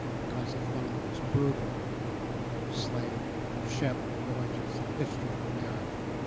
because it's one of the most brutal slave ship voyages in the history of america.